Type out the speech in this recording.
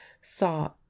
saw